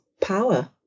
power